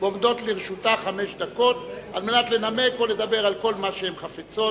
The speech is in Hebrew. עומדות לרשותה חמש דקות כדי לנמק או לדבר על כל מה שהן חפצות,